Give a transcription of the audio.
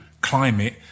climate